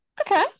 Okay